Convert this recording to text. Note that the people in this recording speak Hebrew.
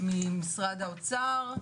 ממשרד האוצר.